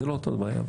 זו לא אותה בעיה.